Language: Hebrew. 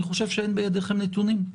אני חושב שאין בידיכם נתונים.